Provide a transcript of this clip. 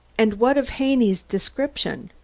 and what of haney's description?